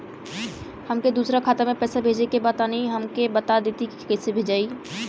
हमके दूसरा खाता में पैसा भेजे के बा तनि हमके बता देती की कइसे भेजाई?